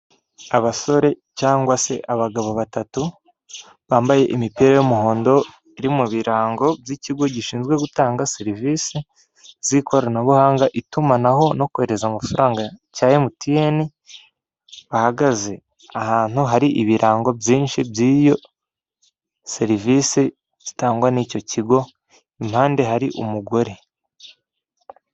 Abasore cyangwa se abagabo batatu bambaye imipira y'umuhondo iri mu birango by'ikigo gishinzwe gutanga serivisi z'ikoranabuhanga, itumanaho no kohereza amafaranga cya emutiyeni bahagaze ahantu hari ibirango byinshi by'iyo serivisi itangwa n'icyo kigo impande hari umugore.